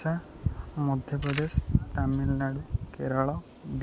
Odisha Madhya Pradesh Tamil Nadu Kerala Bihar